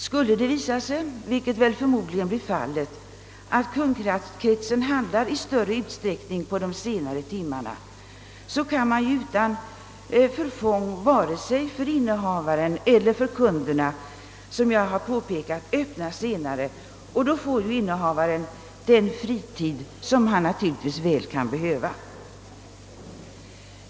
Skulle det visa sig — vilket förmodligen blir fallet — att kundkretsen i större utsträckning handlar på de senare timmarna kan affärerna utan förfång för vare sig innehavaren eller kunderna öppna senare, såsom jag har påpekat, och då får innehavaren den fritid som han naturligtvis väl kan behöva.